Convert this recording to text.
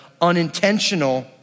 unintentional